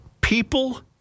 people